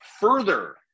further